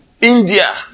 India